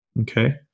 Okay